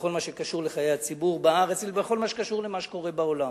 בכל מה שקשור לחיי הציבור בארץ ובכל מה שקשור למה שקורה בעולם.